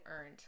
earned